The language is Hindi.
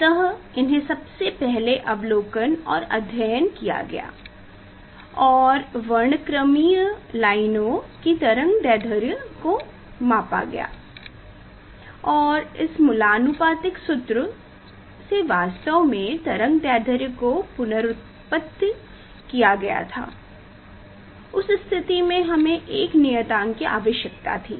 अतः इन्हें सबसे पहले अवलोकन और अध्ययन किया गया और वर्णक्रमीय लाइनों की तरंग दैर्ध्य को मापा गया और इस मुलानुपातिक सूत्र से वास्तव में तरंग दैर्ध्य को पुनरत्त्पत्ति किया गया था उस स्थिति में हमें एक नियतांक की आवश्यकता थी